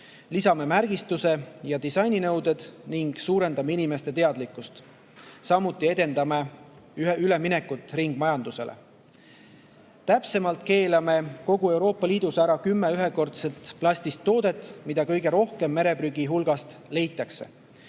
lisame märgistus- ja disaininõuded ning suurendame inimeste teadlikkust, samuti edendame üleminekut ringmajandusele. Täpsemalt keelatakse kogu Euroopa Liidus ära kümme liiki ühekordseid plastist tooteid, mida kõige rohkem mere prügi hulgast leitakse.